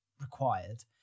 required